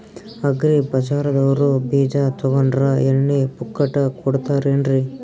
Agri ಬಜಾರದವ್ರು ಬೀಜ ತೊಗೊಂಡ್ರ ಎಣ್ಣಿ ಪುಕ್ಕಟ ಕೋಡತಾರೆನ್ರಿ?